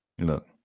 Look